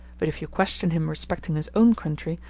but if you question him respecting his own country,